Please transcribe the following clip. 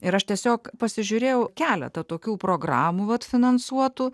ir aš tiesiog pasižiūrėjau keletą tokių programų vat finansuotų